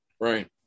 Right